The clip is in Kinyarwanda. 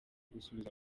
gusubiza